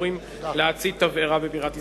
החמורים להצית תבערה בבירת ישראל.